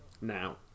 Now